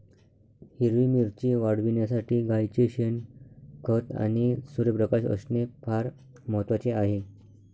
हिरवी मिरची वाढविण्यासाठी गाईचे शेण, खत आणि सूर्यप्रकाश असणे फार महत्वाचे आहे